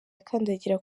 akandagira